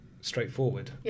straightforward